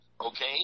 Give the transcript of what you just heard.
okay